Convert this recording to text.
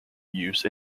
used